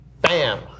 Bam